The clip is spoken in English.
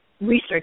research